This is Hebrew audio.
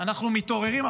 אנחנו מתעוררים,